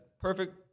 Perfect